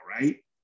Right